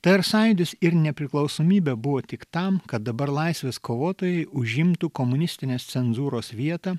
tai ar sąjūdis ir nepriklausomybė buvo tik tam kad dabar laisvės kovotojai užimtų komunistinės cenzūros vietą